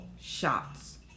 shots